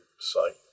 site